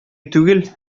түгел